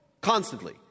Constantly